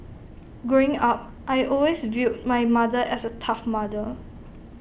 growing up I'd always viewed my mother as A tough mother